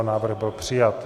Návrh byl přijat.